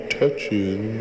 touching